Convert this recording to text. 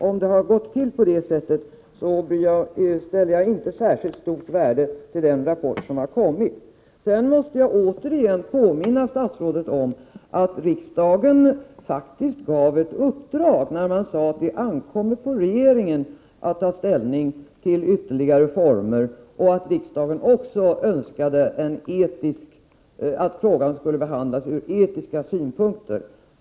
Om det har gått till på det sättet värderar jag inte den rapport som har kommit särskilt högt. Jag måste återigen påminna statsrådet om att riksdagen faktiskt gav ett uppdrag när riksdagen sade att det ankommer på regeringen att ta ställning till ytterligare former och önskade att frågan skulle behandlas ur etiska synpunkter.